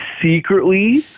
secretly